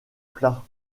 plat